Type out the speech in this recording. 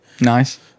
nice